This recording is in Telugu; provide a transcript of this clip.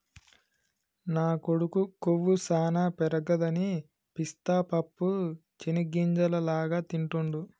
మా కొడుకు కొవ్వు సానా పెరగదని పిస్తా పప్పు చేనిగ్గింజల లాగా తింటిడు